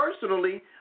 personally